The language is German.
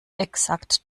exakt